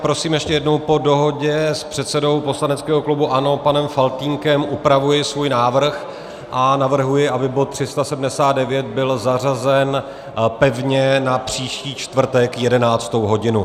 Prosím ještě jednou po dohodě s předsedou poslaneckého klubu ANO panem Faltýnkem upravuji svůj návrh a navrhuji, aby bod 379 byl zařazen pevně na příští čtvrtek 11. hodinu.